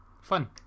Fun